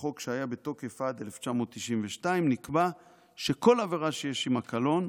בחוק שהיה בתוקף עד 1992 נקבע שכל עבירה שיש עימה קלון,